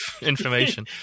information